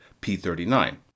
P-39